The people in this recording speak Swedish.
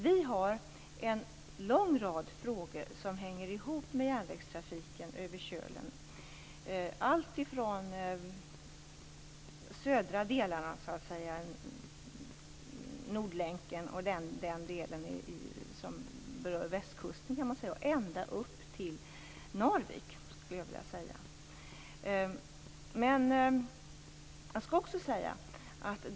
Vi har en lång rad frågor som hänger ihop med järnvägstrafiken över kölen, alltifrån de södra delarna, Nordlänken och den del som berör Västkusten, och ända upp till Narvik.